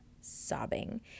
sobbing